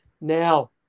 Now